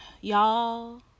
Y'all